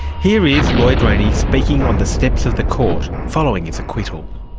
here is lloyd rayney speaking on the steps of the court, following his acquittal.